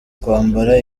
kwambara